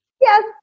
Yes